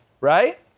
right